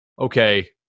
okay